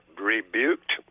rebuked